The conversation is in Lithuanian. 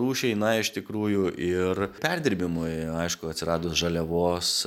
rūšiai na iš tikrųjų ir perdirbimui aišku atsiradus žaliavos